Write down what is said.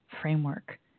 framework